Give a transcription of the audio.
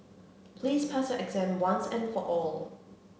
please pass your exam once and for all